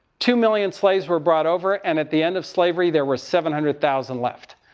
two million slaves were brought over. and at the end of slavery, there were seven hundred thousand left.